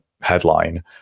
headline